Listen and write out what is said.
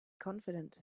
confident